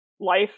life